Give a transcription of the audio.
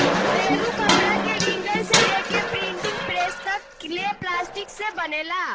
घरेलू कपड़ा के रिंगर से लेके प्रिंटिंग प्रेस तक ले प्लास्टिक से बनेला